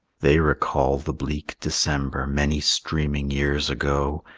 they recall the bleak december many streaming years ago,